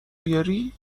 بیاری